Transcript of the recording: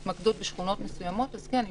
למה יש התנגדות של הוספת הפסקה הזאת, לא ברור לנו.